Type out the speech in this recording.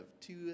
two